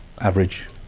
average